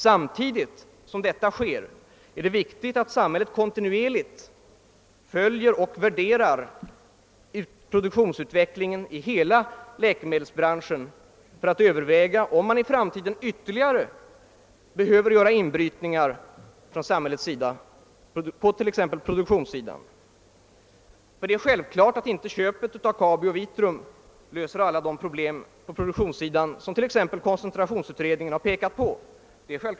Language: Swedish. Samtidigt är det viktigt att samhället kontinuerligt följer och värderar produktionsutvecklingen inom hela läkemedelsbranschen för att överväga om i framtiden ytterligare inbrytningar behöver göras på t.ex. produktionsområdet. Det är självklart att köpet av Kabi och Vitrum inte löser alla de problem beträffande produktionen som t.ex. koncentrationsutredningen har pekat på.